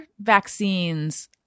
vaccines